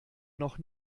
noch